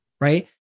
right